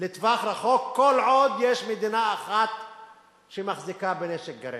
לטווח ארוך כל עוד יש מדינה אחת שמחזיקה בנשק גרעיני,